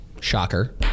shocker